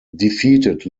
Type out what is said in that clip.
defeated